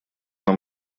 нам